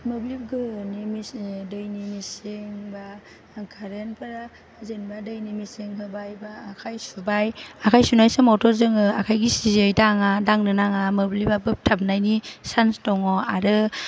मोब्लिब गोहोआनो मेसिन दैनि मेसिन बा कारेन्टफोरा जेनोबा दैनि मेसिन होबाय बा आखाइ सुबाय आखाइ सुनाय समावथ' जोङो आखाइ गिसियै दाङा दांनो नांङा मोब्लिबा बोगथाबनायनि सान्स दङ आरो